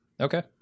Okay